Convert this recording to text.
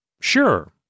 Sure